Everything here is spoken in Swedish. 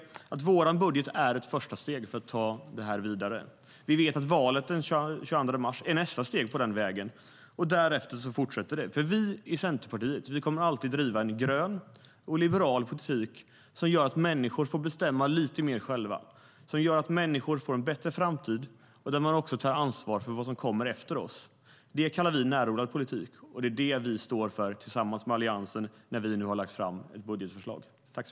Vår budget är ett första steg för att ta det här vidare. Valet den 22 mars är nästa steg på den vägen. Därefter fortsätter det. Vi i Centerpartiet kommer alltid att driva en grön och liberal politik som gör att människor får bestämma lite mer själva, som gör att människor får en bättre framtid där man också tar ansvar för vad som kommer efter oss. Det kallar vi närodlad politik, och det är det vi står för tillsammans med Alliansen när vi nu har lagt fram ett budgetförslag.